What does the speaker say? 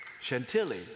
Chantilly